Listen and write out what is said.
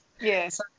Yes